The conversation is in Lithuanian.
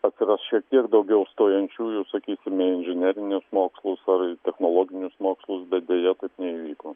atsiras šiek tiek daugiau stojančiųjų sakysime į inžinerinius mokslus ar į technologinius mokslus bet deja taip neįvyko